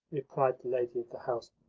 replied the lady of the house.